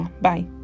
Bye